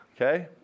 okay